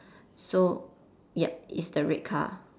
so yup it's the red car